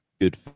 good